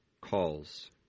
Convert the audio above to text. calls